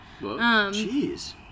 Jeez